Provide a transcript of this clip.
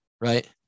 right